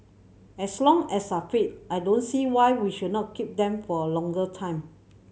as long as are fit I don't see why we should not keep them for a longer time